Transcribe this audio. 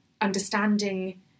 understanding